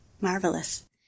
Marvelous